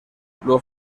los